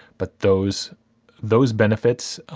but those those benefits